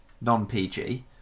non-PG